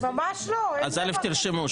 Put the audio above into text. תרשמו,